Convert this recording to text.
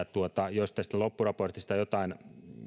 jos tästä loppuraportista jotain